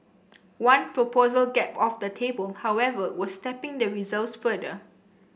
one proposal kept off the table however was tapping the reserves further